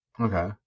Okay